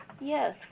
Yes